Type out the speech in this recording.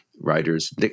writers